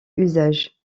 usages